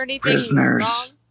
Prisoners